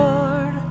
Lord